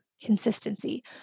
consistency